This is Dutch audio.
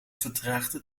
vertraagde